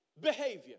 behavior